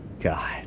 god